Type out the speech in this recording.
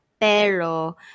pero